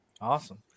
Awesome